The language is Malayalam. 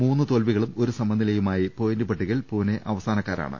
മൂന്ന് തോൽവികളും ഒരു സ്നമനിലയുമായി പോയിന്റ് പട്ടികയിൽ പൂണെ അവസ്ഥാനക്കാരാണ്